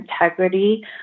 integrity